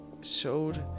showed